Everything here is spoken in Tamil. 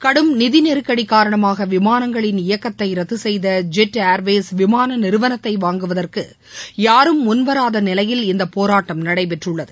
கடும் நிதிநெருக்கடி காரணமாக விமானங்களின் இயக்கத்தை ரத்து செய்த ஜெட் ஏர்வேஸ் விமானநிறுவனத்தை வாங்குவதற்க யாரும் முன்வராதநிலையில் இந்த போராட்டம் நடைபெற்றுள்ளது